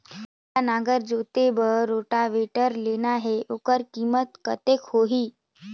मोला नागर जोते बार रोटावेटर लेना हे ओकर कीमत कतेक होही?